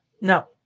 No